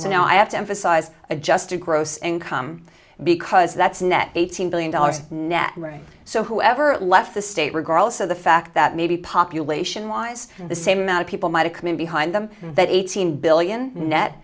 now i have to emphasize adjusted gross income because that's net eighteen billion dollars net range so whoever left the state regardless of the fact that maybe populate yes the same amount of people might have come in behind them that eighteen billion net